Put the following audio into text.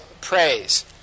praise